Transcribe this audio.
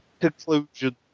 conclusion